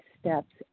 steps